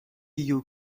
you